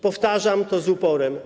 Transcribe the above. Powtarzam to z uporem.